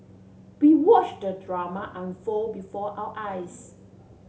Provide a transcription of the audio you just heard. we watch the drama unfold before our eyes